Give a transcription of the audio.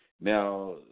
Now